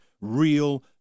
real